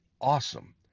awesome